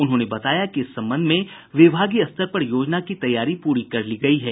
उन्होंने बताया कि इस संबंध में विभागीय स्तर पर योजना की तैयारी पूरी कर ली गयी है